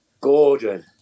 Gordon